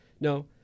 No